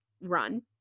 run